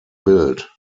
built